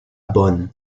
bonne